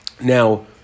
Now